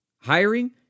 Hiring